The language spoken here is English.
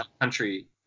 country